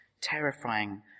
terrifying